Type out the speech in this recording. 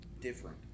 different